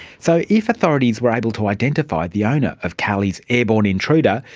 so if authorities were able to identify the owner of karli's airborne intruder,